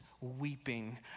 weeping